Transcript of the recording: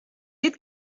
dit